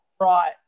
Right